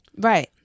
Right